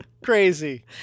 Crazy